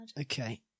Okay